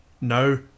no